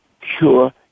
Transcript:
cure